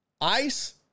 Ice